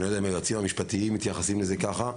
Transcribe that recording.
אני לא יודע אם היועצים המשפטיים מתייחסים לזה ככה.